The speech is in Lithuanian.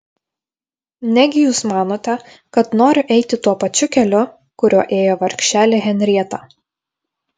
negi jūs manote kad noriu eiti tuo pačiu keliu kuriuo ėjo vargšelė henrieta